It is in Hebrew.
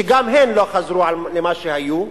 שגם הם לא חזרו למה שהיו,